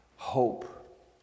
Hope